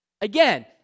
Again